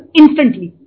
instantly